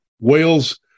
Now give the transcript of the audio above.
Wales